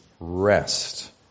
rest